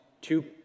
two